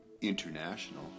international